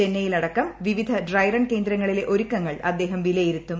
ചൈന്നൈയിലടക്കം പിപിധ ഡ്രൈറൺ കേന്ദ്രങ്ങളിലെ ഒരുക്കങ്ങൾ അദ്ദേഹം വിലയിരുത്തും